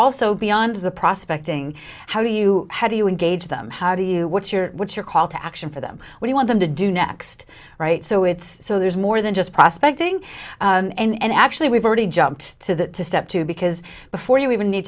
also beyond the prospecting how do you how do you engage them how do you what's your what's your call to action for them what you want them to do next so it's so there's more than just prospecting and actually we've already jumped to that to step two because before you even need